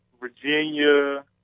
Virginia